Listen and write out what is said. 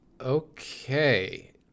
Okay